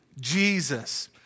Jesus